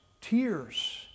tears